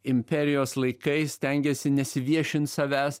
imperijos laikais stengėsi nesiviešint savęs